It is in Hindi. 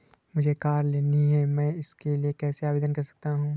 मुझे कार लेनी है मैं इसके लिए कैसे आवेदन कर सकता हूँ?